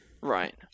right